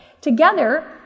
Together